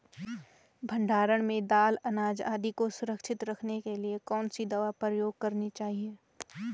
भण्डारण में दाल अनाज आदि को सुरक्षित रखने के लिए कौन सी दवा प्रयोग करनी चाहिए?